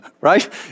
right